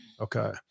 Okay